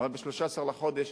אבל ב-13 בחודש,